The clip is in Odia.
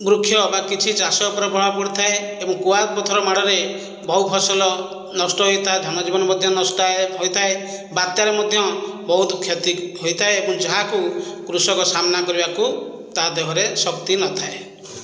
ବୃକ୍ଷ ବା କିଛି ଚାଷ ପ୍ରଭାବ ପଡ଼ିଥାଏ ଏବଂ କୁଆପଥର ମାଡ଼ରେ ବହୁ ଫସଲ ନଷ୍ଟ ହୋଇଥାଏ ଧନ ଜୀବନ ମଧ୍ୟ ନଷ୍ଟ ହୋଇଥାଏ ବାତ୍ୟାରେ ମଧ୍ୟ ବହୁତ କ୍ଷତି ହୋଇଥାଏ ଏବଂ ଯାହାକୁ କୃଷକ ସାମ୍ନା କରିବାକୁ ତା ଦେହରେ ଶକ୍ତି ନଥାଏ